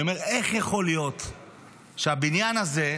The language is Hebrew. אני אומר: איך יכול להיות שהבניין הזה,